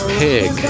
pig